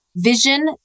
vision